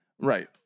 Right